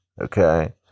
okay